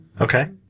Okay